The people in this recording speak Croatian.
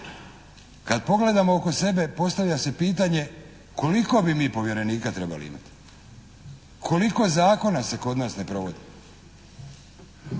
Kad pogledamo oko sebe postavlja se pitanja koliko bi mi povjerenika trebali imati, koliko zakona se kod nas ne provodi.